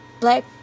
Black